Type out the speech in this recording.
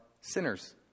sinners